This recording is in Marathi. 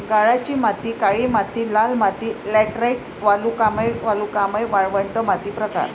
गाळाची माती काळी माती लाल माती लॅटराइट वालुकामय वालुकामय वाळवंट माती प्रकार